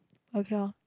okay lor